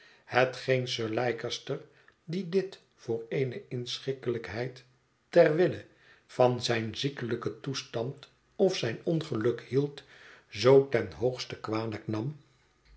hetgeen sir leicester die dit voor eene inschikkelijkheid ter wille van zijn ziekelijken toestand of zijn ongeluk hield zoo ten hoogste kwalijk nam